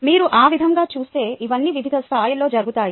మీరు ఆ విధంగా చూస్తే ఇవన్నీ వివిధ స్థాయిలలో జరుగుతాయి